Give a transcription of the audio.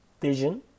vision